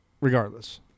regardless